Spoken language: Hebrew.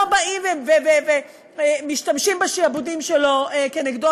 לא באים ומשתמשים בשעבודים שלו כנגדו.